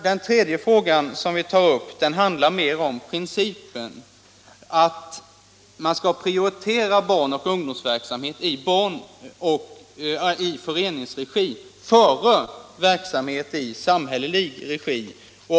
Den tredje fråga som vi tar upp i vår motion handlar om principen om prioritering av barn och ungdomsverksamhet i föreningsregi före verksamhet i samhällelig regi.